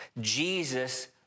Jesus